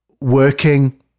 working